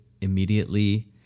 immediately